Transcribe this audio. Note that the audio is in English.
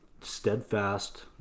steadfast